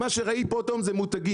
מה שראיתם פה היום זה מותגים,